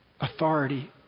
authority